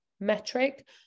metric